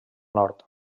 nord